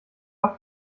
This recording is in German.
oft